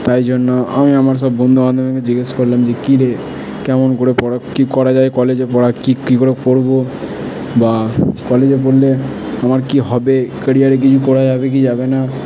তাই জন্য আমি আমার সব বন্ধু জিজ্ঞেস করলাম যে কিরে কেমন করে পড়া কি করা যায় কলেজে পড়া কি কি করে পড়বো বা কলেজে পড়লে আমার কি হবে কেরিয়ারে কিছু করা যাবে কি যাবে না